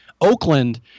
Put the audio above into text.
Oakland